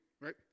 right